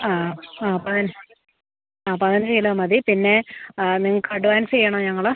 ആ ആ പതിന ആ പതിനഞ്ച് കിലോ മതി പിന്നെ നിങ്ങൾക്ക് അഡ്വാൻസ് ചെയ്യണോ ഞങ്ങൾ